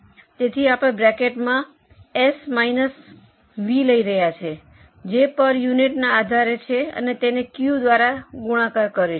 તેથી આપણે બ્રેકેટમાં એસ માઇનસ વી લઈ રહ્યા છીએ જે પર યુનિટના આધારે છે અને તેને ક્યૂ દ્વારા ગુણાકાર કરીશું